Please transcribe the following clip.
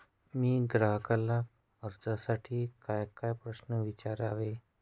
मी ग्राहकाला कर्जासाठी कायकाय प्रश्न विचारावे?